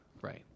right